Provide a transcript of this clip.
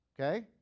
Okay